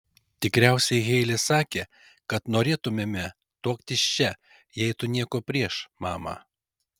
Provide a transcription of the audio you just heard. tikriausiai heile sakė kad norėtumėme tuoktis čia jei tu nieko prieš mama